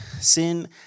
Sin